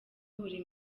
buri